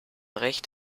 recht